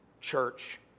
church